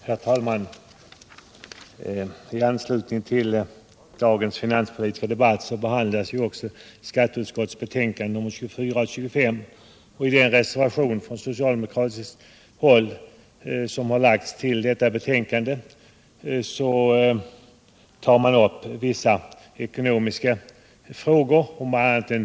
Herr talman! I anslutning till dagens finanspolitiska debatt behandlas ock så skatteutsktotets betänkanden nr 24 och 25. I reservationen I vid betänkandet nr 25 tar de socialdemokratiska ledamöterna i utskottet upp vissa ekonomiska frågor.